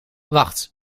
wacht